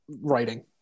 writing